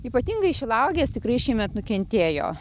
ypatingai šilauogės tikrai šįmet nukentėjo